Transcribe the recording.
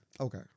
Okay